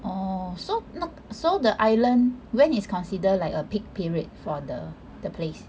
orh so not so the island when is considered like a peak period for the the place